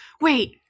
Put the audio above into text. wait